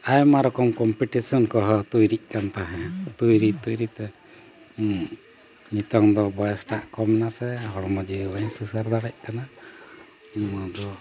ᱟᱭᱢᱟ ᱨᱚᱠᱚᱢ ᱠᱚᱢᱯᱤᱴᱤᱥᱚᱱ ᱠᱚᱦᱚᱸ ᱛᱳᱭᱨᱤᱜ ᱠᱟᱱ ᱛᱟᱦᱮᱸᱫ ᱛᱳᱭᱨᱤ ᱛᱳᱭᱨᱤ ᱛᱮ ᱱᱤᱛᱳᱜ ᱫᱚ ᱵᱚᱭᱮᱥᱴᱟᱜ ᱠᱚᱢ ᱱᱟᱥᱮ ᱦᱚᱲᱢᱚ ᱡᱤᱣᱤ ᱵᱟᱹᱧ ᱥᱩᱥᱟᱹᱨ ᱫᱟᱲᱮᱭᱟᱜ ᱠᱟᱱᱟ ᱱᱚᱣᱟ ᱫᱚ